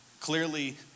clearly